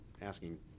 asking